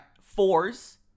Fours